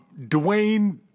Dwayne